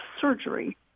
surgery